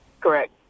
Correct